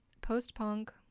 post-punk